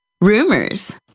rumors